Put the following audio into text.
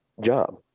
job